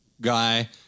Guy